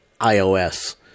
iOS